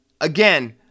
again